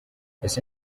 ese